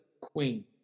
queen